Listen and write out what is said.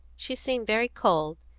she seemed very cold,